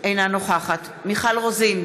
אינה נוכחת מיכל רוזין,